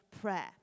prayer